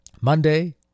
Monday